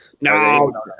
no